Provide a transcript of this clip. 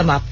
समाप्त